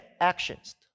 actions